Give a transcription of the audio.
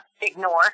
ignore